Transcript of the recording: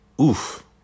oof